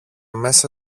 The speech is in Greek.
μέσα